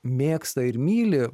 mėgsta ir myli